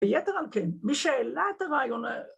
‫ביתר על כן. ‫מי שהעלה את הרעיון.